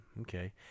okay